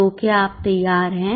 तो क्या आप तैयार हैं